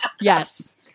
Yes